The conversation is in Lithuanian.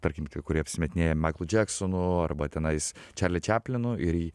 tarkim kai kurie apsimetinėja maiklu džeksonu arba tenais čarli čaplinu ir